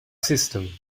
system